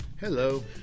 Hello